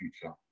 future